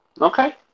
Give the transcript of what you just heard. Okay